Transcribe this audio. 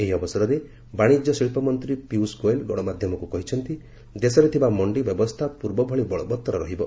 ଏହି ଅବସରରେ ବାଣିଜ୍ୟ ଶିଳ୍ପମନ୍ତ୍ରୀ ପିୟୁଷ ଗୋଏଲ ଗଣମାଧ୍ୟମକୁ କହିଛନ୍ତି ଯେ ଦେଶରେ ଥିବା ମଣ୍ଡି ବ୍ୟବସ୍ଥା ପୂର୍ବଭଲି ବଳବତ୍ତର ରହିବ